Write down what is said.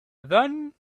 then